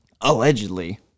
Allegedly